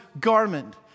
garment